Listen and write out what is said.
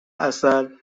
عسل